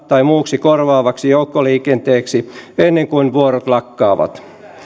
tai muuksi korvaavaksi joukkoliikenteeksi ennen kuin vuorot lakkaavat